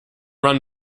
run